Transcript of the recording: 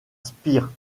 spire